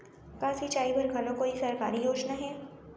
का सिंचाई बर घलो कोई सरकारी योजना हे?